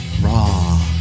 Raw